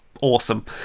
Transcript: awesome